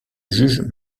juges